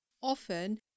often